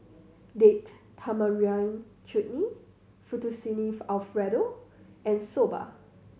Date Tamarind Chutney Fettuccine Alfredo and Soba